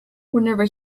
whenever